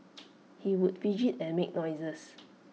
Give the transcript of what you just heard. he would fidget and make noises